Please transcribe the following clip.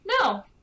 No